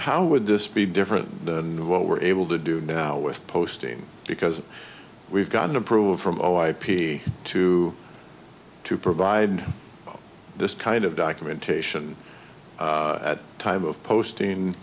how would this be different than what we're able to do now with posting because we've gotten approval from oh i p two to provide this kind of documentation at the time of posting